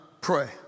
pray